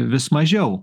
vis mažiau